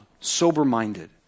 sober-minded